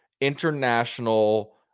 international